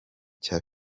cya